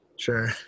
Sure